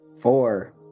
four